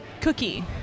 cookie